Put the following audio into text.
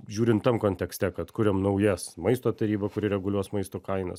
žiūrint tam kontekste kad kuriam naujas maisto tarybą kuri reguliuos maisto kainas